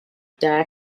dare